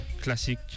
classique